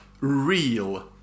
real